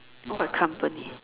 what company